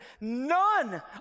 none